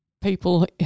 people